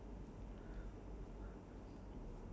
is taken away at the end of the day